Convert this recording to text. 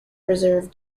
preserve